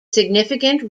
significant